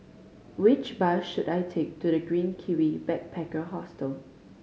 which bus should I take to The Green Kiwi Backpacker Hostel